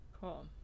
cool